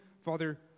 Father